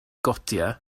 gotiau